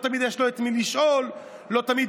לא תמיד יש לו את מי לשאול,